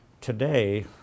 today